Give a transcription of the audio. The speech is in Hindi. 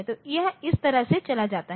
तो यह इस तरह से चला जाता है